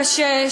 הקשה,